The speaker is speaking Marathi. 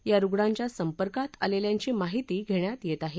या रुग्णांच्या संपर्कात आलेल्यांची माहिती घेण्यात येत आहे